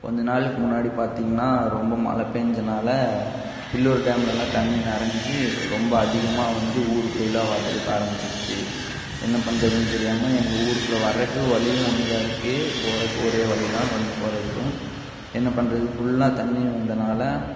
கொஞ்சம் நாளுக்கு முன்னாடி பார்த்திங்கனா ரொம்ப மழை பெஞ்சனால பில்லூர் டேம்லெலாம் தண்ணி நிறைஞ்சி ரொம்ப அதிகமாக வந்து ஊருக்குள்ளேலாம் வர்றதுக்கு ஆரம்பித்திருச்சு என்ன பண்றதுனு தெரியாமல் எங்கள் ஊருக்குள்ளே வர்றதுக்கு வழியும் ஒன்று தான் இருக்குது போகிறக்கு ஒரே வழி தான் வந்து போகிறதுக்கும் என்ன பண்ணுறது ஃபுல்லாக தண்ணி வந்தனால்